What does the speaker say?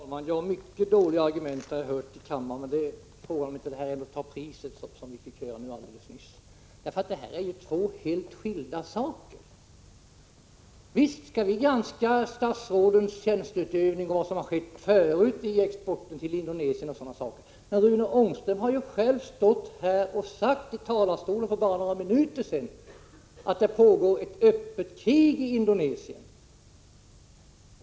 Herr talman! Många dåliga argument har jag hört här i kammaren, men frågan är om inte det vi nyss hörde tar priset. Det är fråga om två helt skilda saker. Visst skall vi granska statsrådens tjänsteutövning och vad som tidigare har skett när det gäller exporten till Indonesien! Men Rune Ångström har ju bara för några minuter sedan stått här och sagt att Indonesien för ett öppet krig.